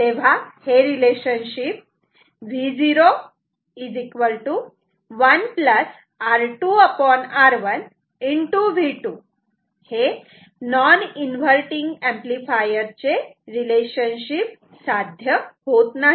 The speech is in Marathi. तेव्हा हे relationship Vo 1 R2R1 V2 non inverting amplifier चे रिलेशनशिप नाही